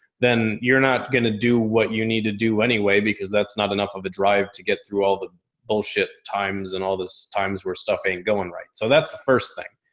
then you're not going to do what you need to do anyway. because that's not enough of a drive to get through all the bullshit times. and all this times we're stuffing going, right? so that's the first thing.